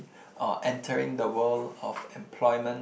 or entering the world of employment